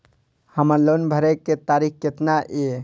हमर लोन भरे के तारीख केतना ये?